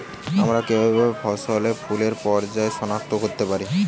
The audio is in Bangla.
আমরা কিভাবে ফসলে ফুলের পর্যায় সনাক্ত করতে পারি?